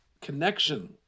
connection